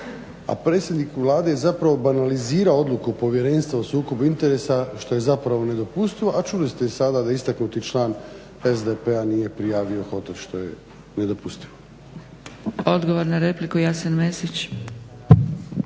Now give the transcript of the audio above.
A predsjednik Vlade zapravo banalizira odluku povjerenstva o sukobu interesa što je zapravo nedopustivo a čuli ste i sada da je istaknuti član SDP-a nije prijavio hotel što je nedopustivo. **Zgrebec,